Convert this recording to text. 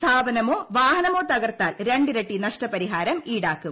സ്ഥാപനമോ വാഹനമോ തകർത്താൽ രണ്ടിരട്ടി നഷ്ടപരിഹാരം ഈടാക്കും